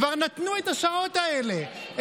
כבר נתנו את השעות האלה,